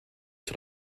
sur